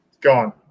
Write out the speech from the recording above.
gone